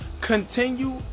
continue